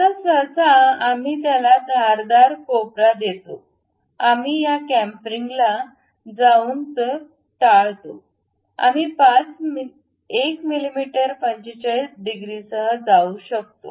आता सहसा आम्ही याला धारदार कोपरा देतो आम्ही या कॅमफ्रिंगला जावून ते टाळतो आम्ही 1 मिमी 45 डिग्रीसह जाऊ शकतो